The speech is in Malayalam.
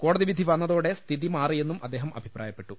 കോടതി വിധി വന്നതോടെ സ്ഥിതി മാറിയെന്നും അദ്ദേഹം അഭിപ്രായപ്പെട്ടു